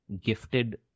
gifted